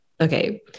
Okay